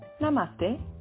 Namaste